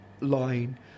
line